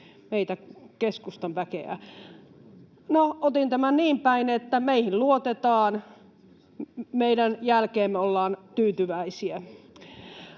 meitä keskustan väkeä. No, otin tämän niin päin, että meihin luotetaan, meidän jälkeemme ollaan tyytyväisiä.